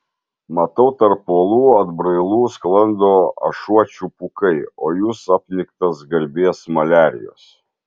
matau tarp uolų atbrailų sklando ašuočių pūkai o jūs apniktas garbės maliarijos